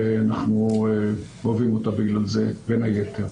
ואנחנו אוהבים אותה בגלל זה בין היתר.